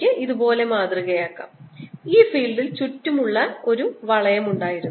എനിക്ക് ഇതുപോലെ മാതൃകയാക്കാം ഈ ഫീൽഡിൽ ചുറ്റും ഒരു വളയം ഉണ്ടായിരുന്നു